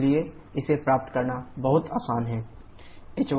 इसलिए इसे प्राप्त करना बहुत आसान है h3hf